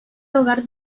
hogar